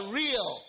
real